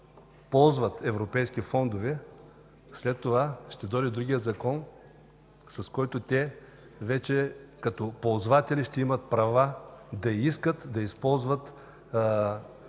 ползват европейски фондове, след това ще дойде другият закон, с който те вече като ползватели ще имат права да искат да използват